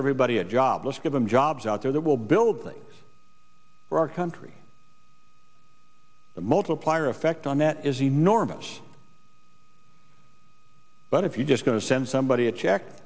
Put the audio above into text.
everybody a job let's give them jobs out there that will build things for our country the multiplier effect on that is enormous but if you just go send somebody a check